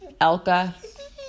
Elka